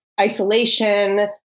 isolation